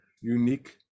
unique